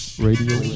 Radio